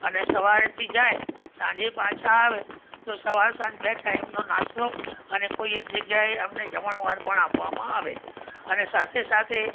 અને સવારેથી જાય સાંજે પાછા આવે તો સવાર સાંજ બે ટાઇમનો નાસ્તો અને કોઈ એક જગ્યાએ એમને જમણવાર પણ આપવામાં આવે અને સાથે સાથે